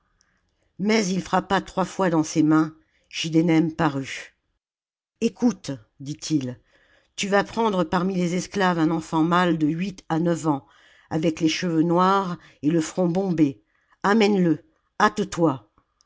mais il frappa trois fois dans ses mains giddenem parut ecoute dit il tu vas prendre parmi les esclaves un enfant mâle de huit à neuf ans avec les cheveux noirs et le front bombé amène le hâte-toi